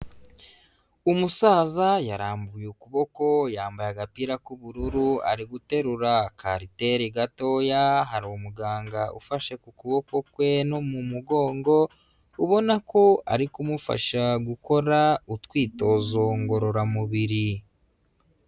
Umusaza yarambuye ukuboko yambaye agapira k'ubururu ari guterura k'ariteri gatoya, hari umuganga ufashe ku kuboko kwe no mu mugongo, ubona ko ari kumufasha gukora utwitozo ngororamubiri.